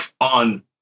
on